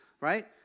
right